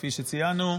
כפי שציינו,